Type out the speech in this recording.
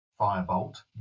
firebolt